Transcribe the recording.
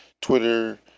twitter